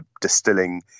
distilling